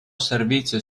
servizio